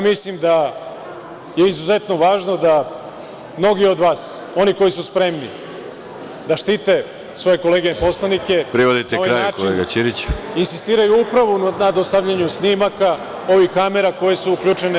Mislim da je izuzetno važno da mnogi od vas, oni koji su spremni da štite svoje kolege poslanike… (Predsedavajući: Privedite kraju, kolega Ćiriću.) …na ovaj način insistiraju upravo na dostavljanju snimaka ovih kamera koje su uključene…